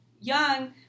young